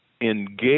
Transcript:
engage